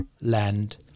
land